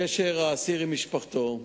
קשר האסיר עם משפחתו,